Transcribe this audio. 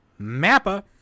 Mappa